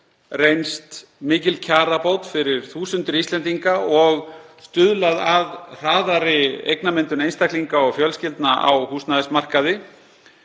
reynst mikil kjarabót fyrir þúsundir Íslendinga og stuðlað að hraðari eignamyndun einstaklinga og fjölskyldna á húsnæðismarkaði.